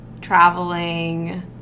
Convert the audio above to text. traveling